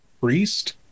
priest